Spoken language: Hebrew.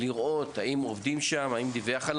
לראות אם עובדים במקום בני נוער והאם הם מדווחים.